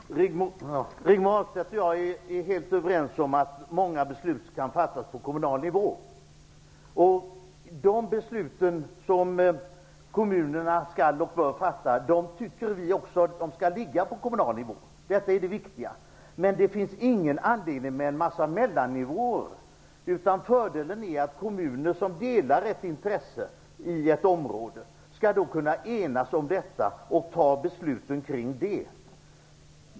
Fru talman! Rigmor Ahlstedt och jag är helt överens om att många beslut skall fattas på kommunal nivå. De beslut som kommunerna skall och bör fatta tycker vi också skall ligga på kommunal nivå. Det är det viktiga. Det finns ingen anledning att ha en mängd mellannivåer. Fördelen är att kommuner som delar ett intresse på ett område skall kunna enas om detta och fatta besluten kring det.